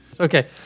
Okay